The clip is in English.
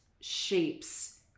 shapes –